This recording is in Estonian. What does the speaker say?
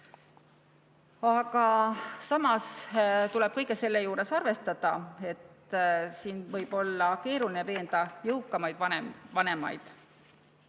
Samas tuleb kõige selle juures arvestada, et võib olla keeruline veenda jõukamaid vanemaid,